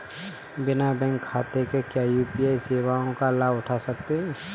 बिना बैंक खाते के क्या यू.पी.आई सेवाओं का लाभ उठा सकते हैं?